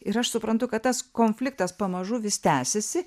ir aš suprantu kad tas konfliktas pamažu vis tęsiasi